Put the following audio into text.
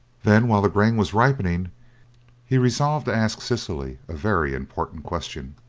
then while the grain was ripening he resolved to ask cecily a very important question.